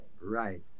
right